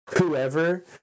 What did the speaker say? Whoever